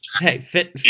Hey